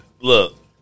look